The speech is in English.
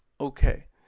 Okay